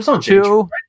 Two